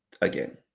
again